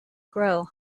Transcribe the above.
grow